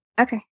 Okay